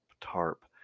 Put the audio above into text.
tarp